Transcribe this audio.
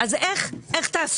כל השאר זה בעצם מערך תומך,